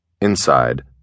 Inside